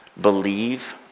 believe